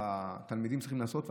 והתלמידים צריכים לעשות אותן,